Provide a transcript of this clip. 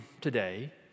today